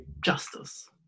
justice